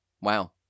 Wow